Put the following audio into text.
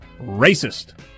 racist